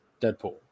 Deadpool